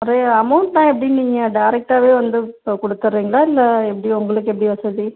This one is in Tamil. நிறையா அமௌண்ட்லாம் எப்படி நீங்கள் டேரெக்டாவே வந்து கொடுத்துட்றீங்களா இல்லை எப்படி உங்களுக்கு எப்படி வசதி